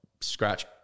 scratch